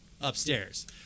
upstairs